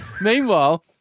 Meanwhile